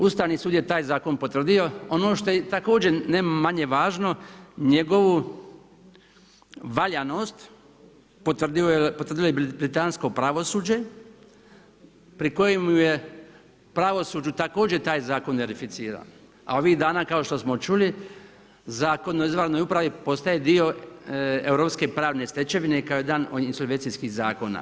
Ustavni sud je taj zakon potvrdio, ono što je također ne manje važno, njegovu valjanost potvrdilo je i britansko pravosuđe pri kojemu je pravosuđu također taj zakon verificiran a ovih dana kao što smo čuli, Zakon o izvanrednoj upravi postaje dio europske pravne stečevine kao jedan od insolvencijskih zakona.